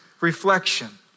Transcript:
reflection